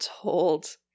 told